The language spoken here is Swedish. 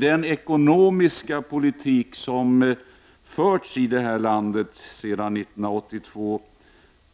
Den ekonomiska politik som har förts i detta land sedan år 1982